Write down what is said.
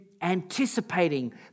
anticipating